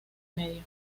medio